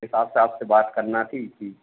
हिसाब से आपसे बात करना ठीक ठीक